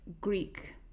greek